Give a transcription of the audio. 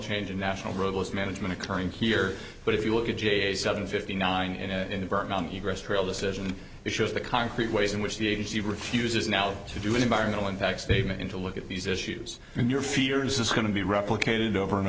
change in national roadless management occurring here but if you look at jay's seven fifty nine in decision it shows the concrete ways in which the agency refuses now to do an environmental impact statement into look at these issues in your fears is going to be replicated over and